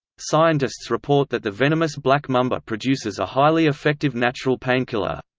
scientists report that the venomous black mamba produces a highly effective natural painkiller.